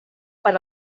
per